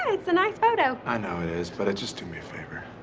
it's a nice photo. i know it is. but just do me a favor.